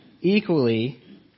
Equally